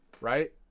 right